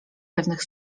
pewnych